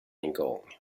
igång